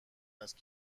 است